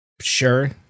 Sure